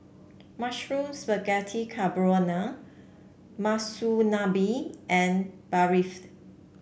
Mushroom Spaghetti Carbonara Monsunabe and Barfi